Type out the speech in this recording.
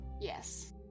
Yes